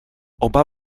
oba